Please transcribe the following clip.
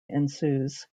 ensues